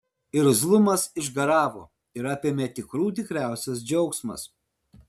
irzlumas išgaravo ir apėmė tikrų tikriausias džiaugsmas